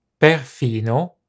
perfino